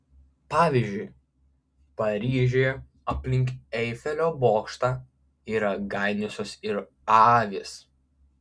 pavyzdžiui paryžiuje aplink eifelio bokštą yra ganiusios ir avys